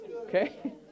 okay